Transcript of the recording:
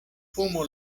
fumo